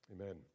Amen